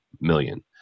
million